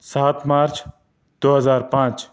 سات مارچ دو ہزار پانچ